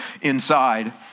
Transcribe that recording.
inside